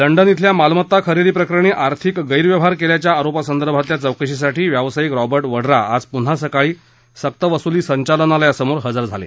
London शिल्या मालमत्ता खरेदी प्रकरणी आर्थिक गैरव्यवहार केल्याच्या आरोपा संदर्भातल्या चौकशीसाठी व्यावसायिक रॉबा वडा आज पुन्हा सकाळी सक्त वसूली संचालनालयासमोर हजर झाले